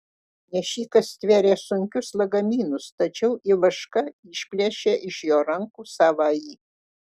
nešikas stvėrė sunkius lagaminus tačiau ivaška išplėšė iš jo rankų savąjį